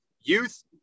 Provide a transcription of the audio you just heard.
youth